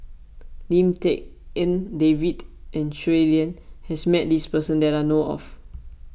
Lim Tik En David and Shui Lan has met this person that I know of